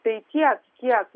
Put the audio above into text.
tai tiek kiek